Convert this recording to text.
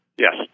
Yes